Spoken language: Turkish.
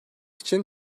için